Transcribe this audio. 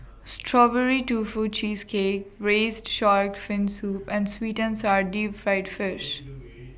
Strawberry Tofu Cheesecake Braised Shark Fin Soup and Sweet and Sour Deep Fried Fish